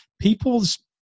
people's